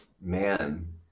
man